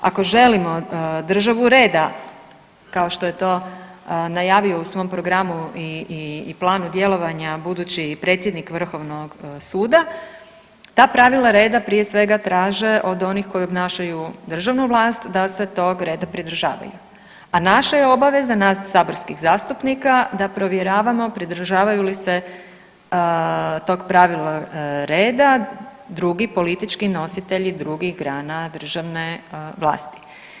Ako želimo državu reda, kao što je to najavio u svom programu i planu djelovanja budući predsjednik Vrhovnog suda, ta pravila reda prije svega traže od onih koji obnašaju državnu vlast da se tog reda pridržavaju, a naša je obaveza, nas saborskih zastupnika da provjeravamo pridržavaju li se tog pravila, reda drugi politički nositelji drugih grana državne vlasti.